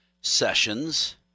Sessions